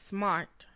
Smart